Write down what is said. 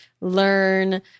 learn